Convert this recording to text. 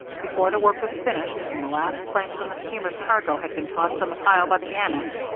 before the work was finished, and the last plank from the steamer's cargo had been tossed on the pile by the annex,